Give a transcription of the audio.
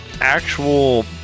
actual